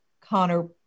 Connor